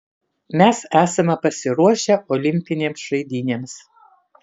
mes esame pasiruošę olimpinėms žaidynėms